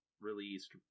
released